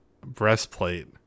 breastplate